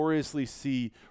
see